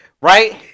right